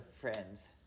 friends